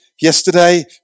yesterday